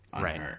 right